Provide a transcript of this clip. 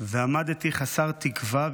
עמדתי חסר תקווה,